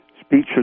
speeches